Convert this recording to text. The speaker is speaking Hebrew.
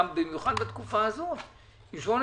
במיוחד בתקופה הזאת,